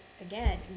again